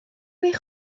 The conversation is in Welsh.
eich